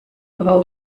aber